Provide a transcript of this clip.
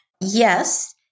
Yes